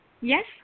Yes